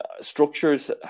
structures